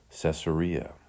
Caesarea